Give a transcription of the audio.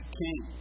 king